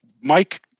Mike